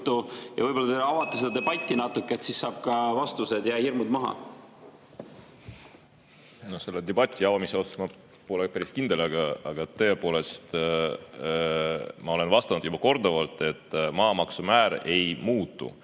Võib-olla te avate seda debatti natuke, siis saab ka vastused ja saab hirmud maha. Selle debati avamise osas ma pole päris kindel, aga tõepoolest, ma olen vastanud juba korduvalt, et maamaksumäär ei muutu.